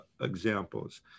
examples